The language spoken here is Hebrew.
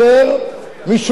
משום שבקואליציה,